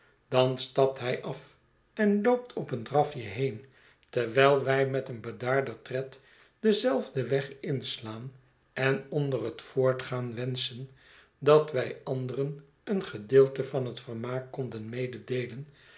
dan stapt hij af en loopt op een drafje heen terwijl wij met een bedaarder tred denzelfden weg inslaan en onder het voortgaan wenschen dat wij anderen een gedeelte van het vermaak konden mededeelen